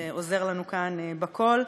שעוזר לנו כאן בכול,